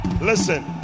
Listen